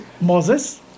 Moses